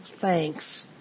thanks